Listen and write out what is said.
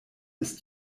ist